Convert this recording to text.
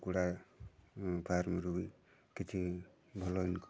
କୁକୁଡ଼ା ଫାର୍ମରୁ ବି କିଛି ଭଲ ଇନକମ୍